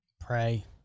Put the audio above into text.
Pray